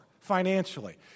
financially